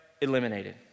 eliminated